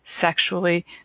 sexually